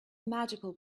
magical